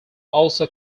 also